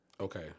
Okay